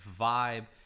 vibe